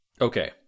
Okay